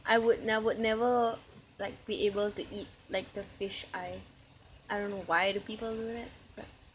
I would never never like be able to eat like the fish eye I don't know why do people do that but